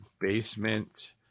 basement